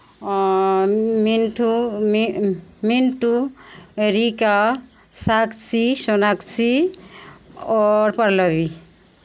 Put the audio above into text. मिंटू मिन् मिंटू रीका साक्षी सोनाक्षी आओर पल्लवी